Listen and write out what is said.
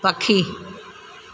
पखी